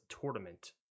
tournament